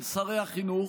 של שרי החינוך.